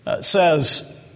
says